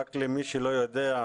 רק למי שלא יודע,